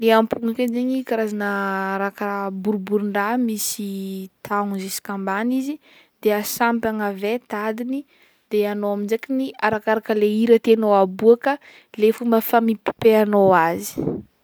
Ny ampoga zegny zegny karazagna raha karaha boriborindraha misy tahogny jusk'ambany izy de asampy any ave tadiny de agnao amzay kegny arakaraka le hira tiagnao aboaka le fomba famipipipehanao azy.